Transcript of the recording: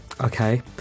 Okay